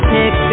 Pick